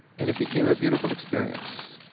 and it became a beautiful experience.